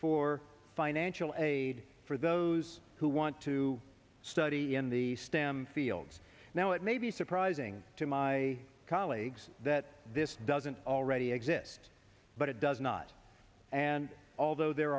for financial aid for those who want to study in the stem fields now it may be surprising to my colleagues that this doesn't already exist but it does not and although there